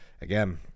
Again